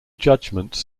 judgments